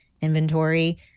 inventory